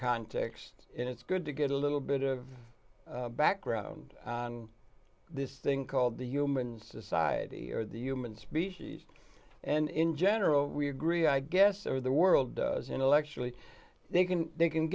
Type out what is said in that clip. context and it's good to get a little bit of background on this thing called the human society or the human species and in general we agree i guess the world is intellectually they can they can